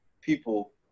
people